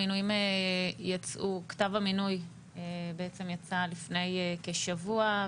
כתב המינוי בעצם יצא לפני כשבוע.